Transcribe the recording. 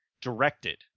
directed